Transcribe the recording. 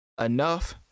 enough